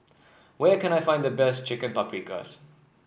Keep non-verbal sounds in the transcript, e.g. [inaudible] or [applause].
[noise] where can I find the best Chicken Paprikas